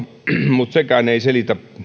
mutta sekään ei selitä